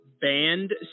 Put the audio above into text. banned